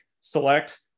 select